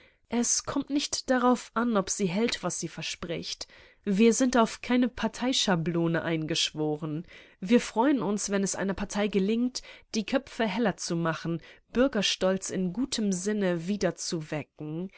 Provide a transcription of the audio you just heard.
es kommt nicht darauf an ob sie hält was sie verspricht wir sind auf keine parteischablone eingeschworen wir freuen uns wenn es einer partei gelingt die köpfe heller zu machen bürgerstolz in gutem sinne wieder zu wecken